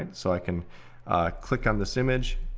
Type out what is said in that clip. and so i can click on this image,